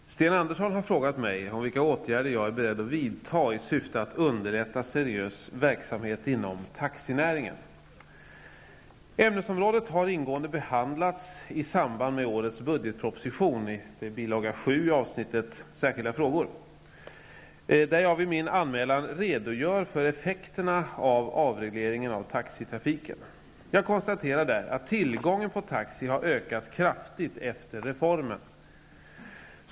Herr talman! Sten Andersson i Malmö har frågat mig om vilka åtgärder jag är beredd att vidta i syfte att underlätta seriös verksamhet inom taxinäringen. Ämnesområdet har ingående behandlats i samband med årets budgetproposition , där jag vid min anmälan redogör för effekterna av avregleringen av taxitrafiken. Jag konstaterar där att tillgången på taxi har ökat kraftigt efter reformen.